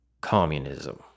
communism